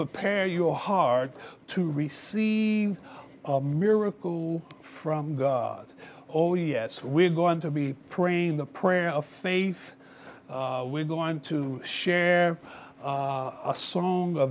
prepare your heart to receive a miracle from god oh yes we're going to be praying the prayer of faith we're going to share a song